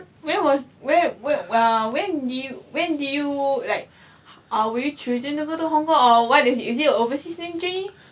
where was where where uh when did you when did you like uh were you chosen to go to hong-kong or what is this a overseas journey